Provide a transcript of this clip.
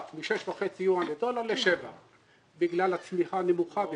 מ-6.5 יואן לדולר ל-7 בגלל הצמיחה הנמוכה בסין.